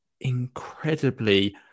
incredibly